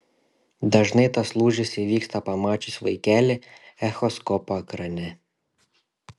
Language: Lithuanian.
dažnai tas lūžis įvyksta pamačius vaikelį echoskopo ekrane